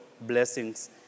blessings